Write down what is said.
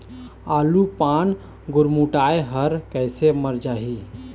आलू पान गुरमुटाए हर कइसे मर जाही?